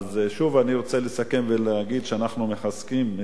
אני רוצה לסכם ולהגיד שאנחנו מחזקים את ידי